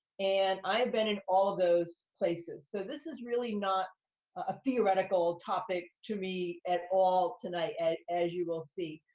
and i've been in all of those places. so this is really not a theoretical topic to me at all tonight, as you will see.